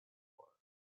war